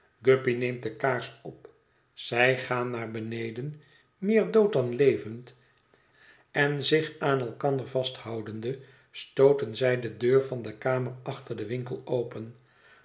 guppy neemt de kaars op zij gaan naar beneden meer dood dan levend en zich aan elkander vasthoudende stooten zij de deur van de kamer achter den winkel open